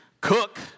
cook